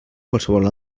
qualsevol